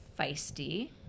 feisty